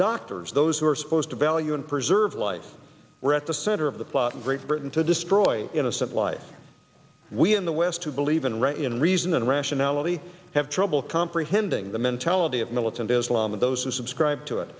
doctors those who are supposed to value and preserve life were at the center of the plot in great britain to destroy innocent life we in the west who believe in right in reason and rationality have trouble comprehending the mentality of militant islam and those who subscribe to it